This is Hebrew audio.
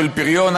של פריון,